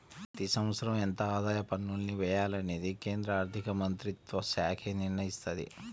ప్రతి సంవత్సరం ఎంత ఆదాయ పన్నుల్ని వెయ్యాలనేది కేంద్ర ఆర్ధికమంత్రిత్వశాఖే నిర్ణయిత్తది